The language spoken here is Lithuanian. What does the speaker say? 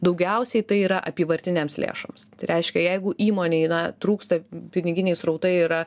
daugiausiai tai yra apyvartinėms lėšoms reiškia jeigu įmonei na trūksta piniginiai srautai yra